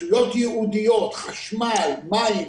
רשויות ייעודיות, חשמל, מים,